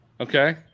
okay